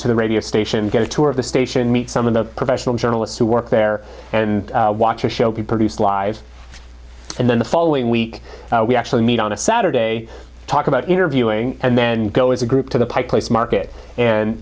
to the radio station get a tour of the station meet some of the professional journalists who work there and watch a show be produced lives and then the following week we actually meet on a saturday talk about interviewing and then go as a group to the pike place market and